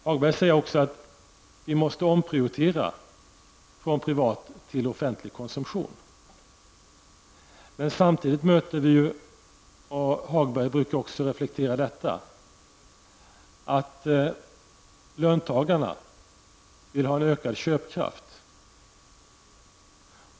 Hagberg säger också att vi måste omprioritera från privat till offentlig konsumtion. Men samtidigt vill löntagarna -- något som också Hagberg brukar reflektera -- ha en ökad köpkraft.